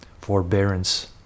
forbearance